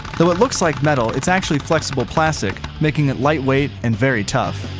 though it looks like metal, it's actually flexible plastic, making it lightweight and very tough.